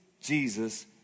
Jesus